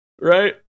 right